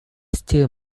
still